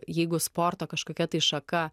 jeigu sporto kažkokia tai šaka